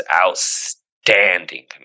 outstanding